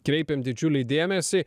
kreipėm didžiulį dėmesį